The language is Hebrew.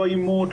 לא עימות,